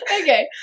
okay